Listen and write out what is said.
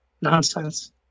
nonsense